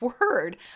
word